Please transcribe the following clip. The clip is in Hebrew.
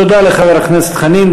תודה לחבר הכנסת חנין.